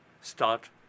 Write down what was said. start